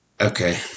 Okay